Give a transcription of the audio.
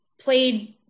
played